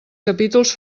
capítols